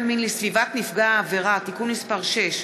מין לסביבת נפגע העבירה (תיקון מס' 6)